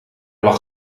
lag